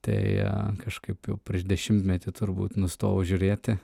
tai kažkaip jau prieš dešimtmetį turbūt nustojau žiūrėti